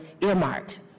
earmarked